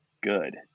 good